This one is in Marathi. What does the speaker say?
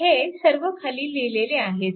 हे सर्व खाली लिहिलेले आहेच